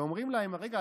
ואומרים להם: רגע,